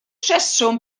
rheswm